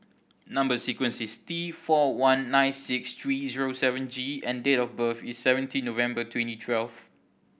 number sequence is T four one nine six three zero seven G and date of birth is seventeen November twenty twelve